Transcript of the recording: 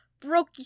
broke